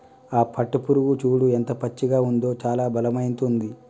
ఆ పట్టుపురుగు చూడు ఎంత పచ్చగా ఉందో చాలా భయమైతుంది